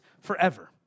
forever